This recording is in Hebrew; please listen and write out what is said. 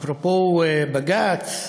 אפרופו בג"ץ,